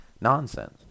nonsense